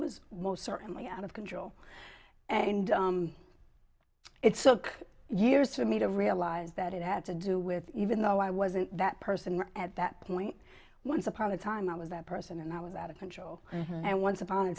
was most certainly out of control and it soak years for me to realize that it had to do with even though i wasn't that person at that point once upon a time i was that person and i was out of control and once upon a